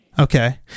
Okay